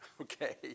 Okay